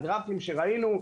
הגרפים שראינו,